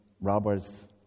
robbers